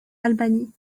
albany